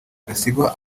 gasigwa